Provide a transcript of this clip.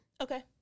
Okay